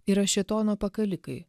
yra šėtono pakalikai